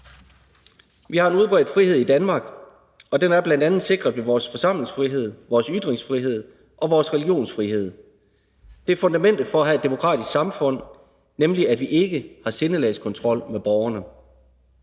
Vi har en udbredt frihed i Danmark, og den er bl.a. sikret ved vores forsamlingsfrihed, vores ytringsfrihed og vores religionsfrihed. Det er fundamentet for at have et demokratisk samfund, nemlig at vi ikke har sindelagskontrol med borgerne.